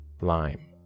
lime